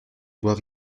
bois